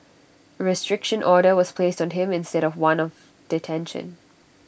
A restriction order was placed on him instead of one of detention